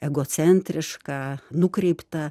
egocentriška nukreipta